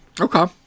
Okay